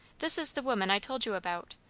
this is the woman i told you about.